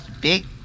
big